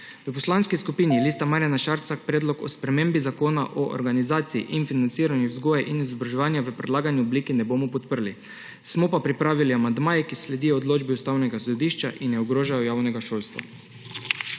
V Poslanski skupini Lista Marjana Šarca Predlog o spremembi Zakona o organizaciji in financiranju vzgoje in izobraževanja v predlagani obliki ne bomo podprli. Smo pa pripravili amandmaje, ki sledijo odločbi Ustavnega sodišča in ne ogrožajo javnega šolstva.